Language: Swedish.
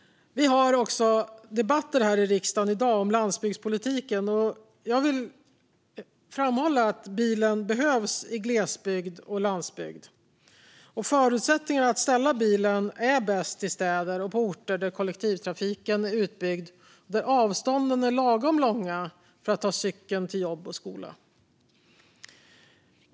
I dag debatterar riksdagen även landsbygdspolitik, och jag vill framhålla att bilen behövs i glesbygd och på landsbygd. Förutsättningarna att ställa bilen är bäst i städer och på orter där kollektivtrafiken är utbyggd och där avstånden är lagom långa för att ta cykeln till jobb och skola.